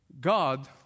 God